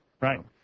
right